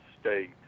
state